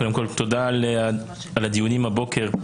קודם כל תודה על הדיונים הבוקר,